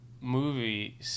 movie